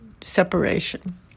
separation